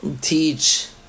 teach